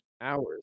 Hours